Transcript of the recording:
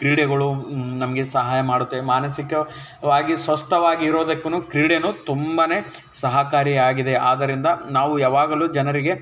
ಕ್ರೀಡೆಗಳು ನಮಗೆ ಸಹಾಯ ಮಾಡುತ್ತೆ ಮಾನಸಿಕವಾಗಿ ಸ್ವಸ್ಥವಾಗಿ ಇರೋದಕ್ಕೂ ಕ್ರೀಡೆಯು ತುಂಬಾ ಸಹಕಾರಿಯಾಗಿದೆ ಆದ್ದರಿಂದ ನಾವು ಯಾವಾಗಲೂ ಜನರಿಗೆ